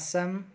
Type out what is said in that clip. Assam